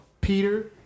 Peter